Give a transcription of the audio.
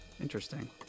Interesting